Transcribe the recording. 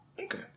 okay